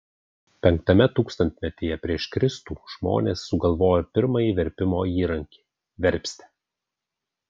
v tūkstantmetyje prieš kristų žmonės sugalvojo pirmąjį verpimo įrankį verpstę